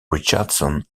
richardson